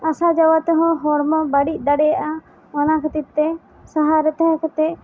ᱟᱥᱟ ᱡᱟᱣᱟ ᱛᱮᱦᱚᱸ ᱦᱚᱲᱢᱚ ᱵᱟᱹᱲᱤᱡ ᱫᱟᱲᱮᱭᱟᱜᱼᱟ ᱚᱱᱟ ᱠᱷᱟᱹᱛᱤᱨ ᱛᱮ ᱥᱟᱦᱟᱨ ᱨᱮ ᱛᱟᱦᱮᱸ ᱠᱟᱛᱮ